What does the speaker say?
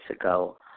ago